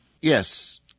yes